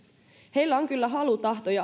heillä on kyllä halu tahto ja